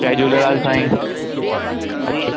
जय झूलेलाल साईं अचो